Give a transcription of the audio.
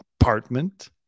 apartment